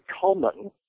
common